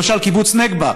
למשל קיבוץ נגבה,